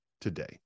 today